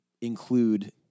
include